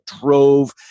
drove